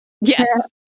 Yes